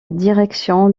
direction